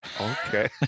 Okay